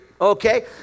okay